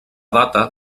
data